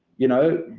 you know,